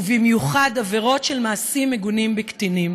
ובמיוחד עבירות של מעשים מגונים בקטינים.